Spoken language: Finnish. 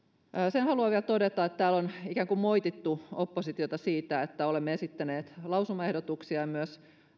sen haluan vielä todeta että täällä on ikään kuin moitittu oppositiota siitä että olemme esittäneet lausumaehdotuksia ja myös